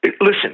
Listen